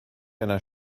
einer